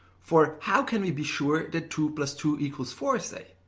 for how can we be sure that two plus two equals four, say?